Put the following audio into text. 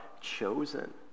chosen